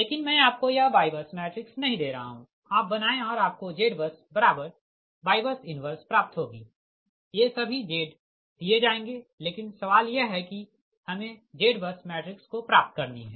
लेकिन मैं आपको यह YBUS मैट्रिक्स नही दे रहा हूँ आप बनाएँ और आपको ZBUsYBUS 1 प्राप्त होगी ये सभी Z दिए जाएँगे लेकिन सवाल यह है कि हमे ZBUS मैट्रिक्स को प्राप्त करनी है